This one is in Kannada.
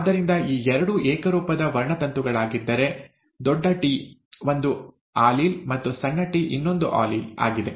ಆದ್ದರಿಂದ ಈ ಎರಡು ಏಕರೂಪದ ವರ್ಣತಂತುಗಳಾಗಿದ್ದರೆ ದೊಡ್ಡ ಟಿ ಒಂದು ಆಲೀಲ್ ಮತ್ತು ಸಣ್ಣ ಟಿ ಇನ್ನೊಂದು ಆಲೀಲ್ ಆಗಿದೆ